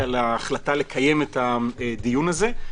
על ההחלטה לקיים את הדיון הזה.